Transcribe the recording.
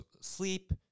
sleep